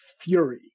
fury